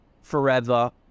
forever